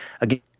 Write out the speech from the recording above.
again